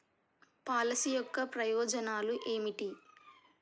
Policy యొక్క ప్రయోజనాలు ఏమిటి?